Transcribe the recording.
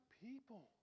people